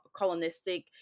colonistic